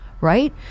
right